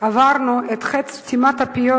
שעברנו את חטא סתימת הפיות,